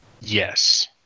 Yes